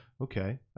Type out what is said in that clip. okay